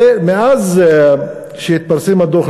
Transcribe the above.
מאז שהתפרסם הדוח,